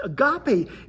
Agape